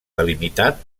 delimitat